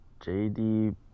jd